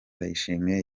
ndayishimiye